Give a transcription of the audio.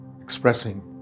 expressing